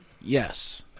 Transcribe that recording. yes